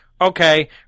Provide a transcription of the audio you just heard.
Okay